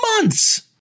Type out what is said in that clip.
Months